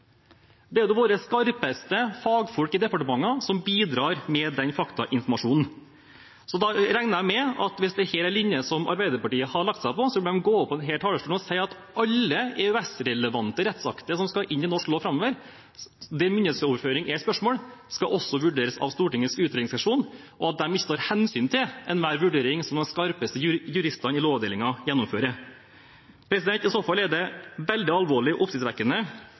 kan en jo si: Hvor tror representanten Grande at utredningsseksjonen får sin faktainformasjon fra? Det er våre skarpeste fagfolk i departementene som bidrar med den faktainformasjonen. Hvis dette er en linje som Arbeiderpartiet har lagt seg på, bør de gå opp på denne talerstolen og si at alle EØS-relevante rettsakter som skal inn i norsk lov framover der myndighetsoverføring er et spørsmål, også skal vurderes av Stortingets utredningsseksjon, og at de ikke tar hensyn til enhver vurdering som de skarpeste juristene i Lovavdelingen gjennomfører. I så fall er det veldig alvorlig og oppsiktsvekkende